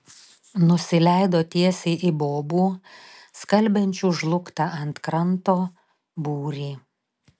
nusileido tiesiai į bobų skalbiančių žlugtą ant kranto būrį